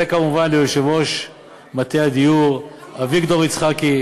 וכמובן ליושב-ראש מטה הדיור אביגדור יצחקי,